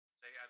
say